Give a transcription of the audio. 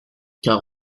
car